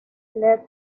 let